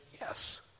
Yes